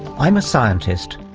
i'm a scientist,